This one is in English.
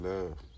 Love